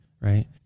right